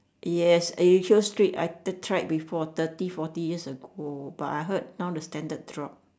yes it shows street I tried thirty forty years ago but I heard now the standard drop